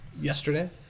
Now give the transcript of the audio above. yesterday